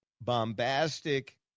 bombastic